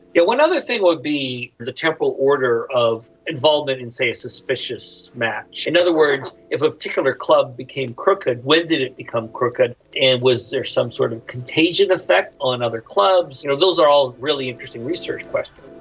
one other thing would be the temporal order of involvement in, say, a suspicious match. in other words, if a particular club became crooked, when did it become crooked? and was there some sort of contagion effect on other clubs? you know, those are all really interesting research questions.